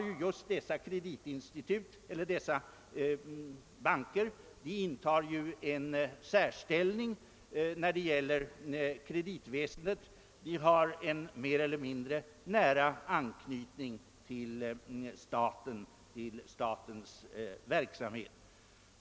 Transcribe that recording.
Men som bekant intar dessa banker en särställning när det gäller kreditväsendet: de har en mer eller mindre nära anknytning till staten.